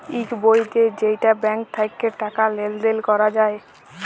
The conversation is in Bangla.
ইক বই দেয় যেইটা ব্যাঙ্ক থাক্যে টাকা লেলদেল ক্যরা যায়